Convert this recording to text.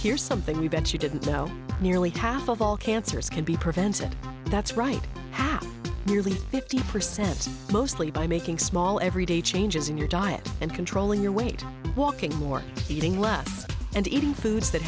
here something we bet you didn't know nearly half of all cancers can be prevented that's right nearly fifty percent mostly by making small everyday changes in your diet and controlling your weight walking more eating less and eating foods that